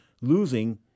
losing